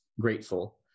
grateful